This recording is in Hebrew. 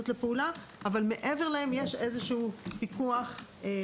4 ביולי 2023. אני מתכבד לפתוח את ישיבת ועדת הבריאות של הכנסת.